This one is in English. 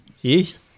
Yes